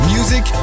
Music